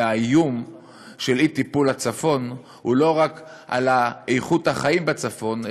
והאיום של אי-טיפול בצפון הוא לא רק על איכות החיים בצפון,